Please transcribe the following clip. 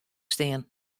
stean